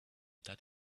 that